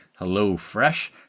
HelloFresh